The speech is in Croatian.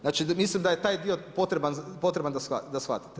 Znači misli da je taj dio potreban da shvatite.